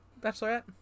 bachelorette